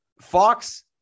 Fox